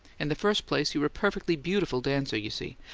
in the first place, you're a perfectly beautiful dancer, you see,